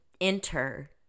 Enter